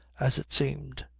as it seemed.